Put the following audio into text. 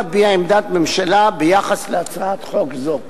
להביע עמדת ממשלה ביחס להצעת חוק זו.